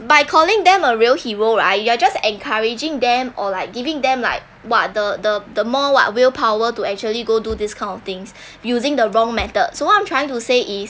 by calling them a real hero right you are just encouraging them or like giving them like what the the the more what will power to actually go do this kind of things using the wrong method so what I'm trying to say is